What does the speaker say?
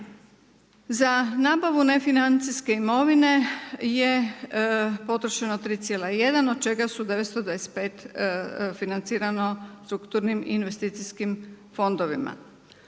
Za nabavu nefinancijske imovine je potrošeno 3,1 od čega su 925 financirano strukturnim investicijskim fondovima.